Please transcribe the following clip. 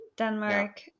Denmark